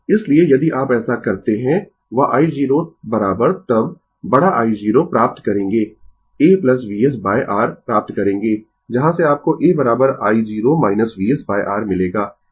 इसलिए यदि आप ऐसा करते है वह i0 तब बड़ा i0 प्राप्त करेंगें a Vs r प्राप्त करेंगें जहाँ से आपको a i0 Vs R मिलेगा